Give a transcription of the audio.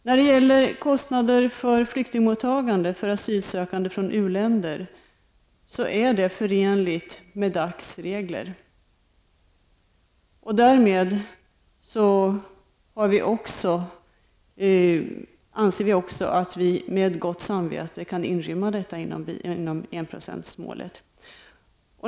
När det gäller kostnader för flyktingmottagande av asylsökande från u-länder är det förenligt med DACs regler. Därmed anser vi också att vi med gott samvete kan inrymma detta inom enprocentsmålet.